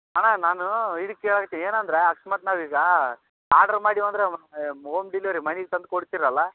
ಅಣ್ಣ ನಾನು ಇದು ಕೇಳಕತ್ತಿ ಏನಂದ್ರ ಅಕಸ್ಮಾತ್ ನಾವು ಈಗ ಆರ್ಡ್ರ್ ಮಾಡಿ ಹೋದ್ರೆ ಓಮ್ ಡೆಲಿವರಿ ಮನಿಗೆ ತಂದು ಕೊಡ್ತಿರಲ್ಲಾ